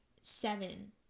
seven